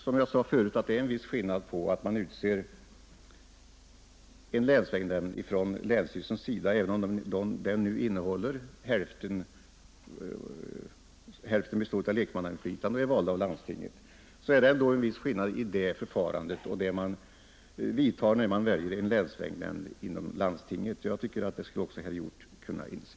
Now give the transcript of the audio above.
Som jag sade förut tycker jag ändå att det är en viss skillnad att länsstyrelsen utser en länsvägnämnd och att välja en länsvägnämnd inom landstinget, detta även om hälften är lekmän valda av landstinget. Jag tycker att detta skulle även herr Hjorth kunna inse.